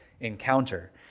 Encounter